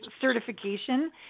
certification